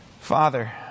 Father